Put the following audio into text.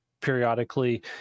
periodically